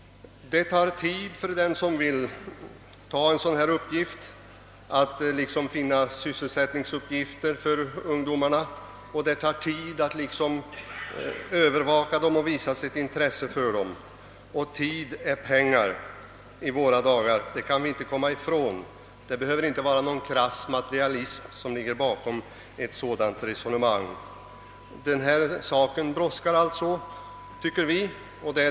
Det tar tid för den som vill åta sig en dylik uppgift att finna sysselsättning för ungdomarna, och det tar tid att övervaka dem och visa sitt intresse för dem. Tid är pengar i våra dagar, det kan vi inte komma ifrån. Det behöver inte ligga någon krass materialism bakom ett sådant resonemang. Denna fråga brådskar alltså, tycker vi.